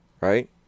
Right